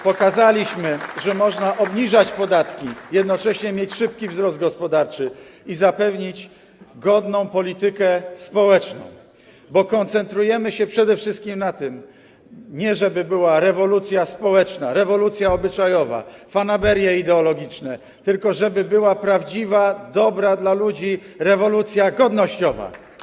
Pokazaliśmy, że można obniżać podatki, jednocześnie mieć szybki wzrost gospodarczy i zapewnić godną politykę społeczną, bo koncentrujemy się przede wszystkim nie na tym, żeby była rewolucja społeczna, rewolucja obyczajowa, fanaberie ideologiczne, tylko na tym, żeby była prawdziwa, dobra dla ludzi rewolucja godnościowa.